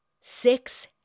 Six